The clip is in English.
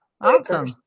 awesome